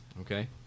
okay